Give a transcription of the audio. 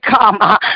come